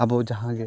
ᱟᱵᱚ ᱡᱟᱦᱟᱸᱜᱮ